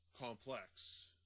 complex